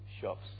shops